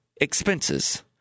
expenses